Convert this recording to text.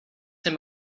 him